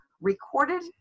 recorded